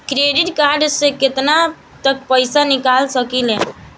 Credit card से केतना तक पइसा निकाल सकिले?